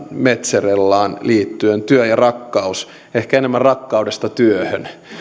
mazzarellaan liittyen työstä ja rakkaudesta ehkä enemmänkin rakkaudesta työhön